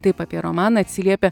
taip apie romaną atsiliepia